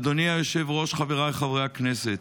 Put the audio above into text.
אדוני היושב-ראש, חבריי חברי הכנסת,